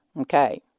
Okay